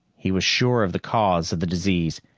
he was sure of the cause of the disease.